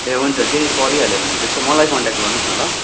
ए हुन्छ केही परिहाल्यो भने त्यस्तो मलाई कन्ट्याक्ट गर्नुहोस् न ल